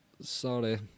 Sorry